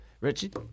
Richard